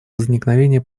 возникновения